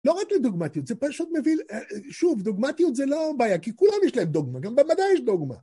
לא רק לדוגמטיות, זה פשוט מביא, שוב, דוגמטיות זה לא בעיה, כי כולם יש להם דוגמה, גם בבדה יש דוגמה.